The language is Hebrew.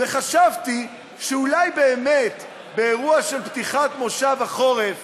וחשבתי שאולי באמת באירוע של פתיחת מושב החורף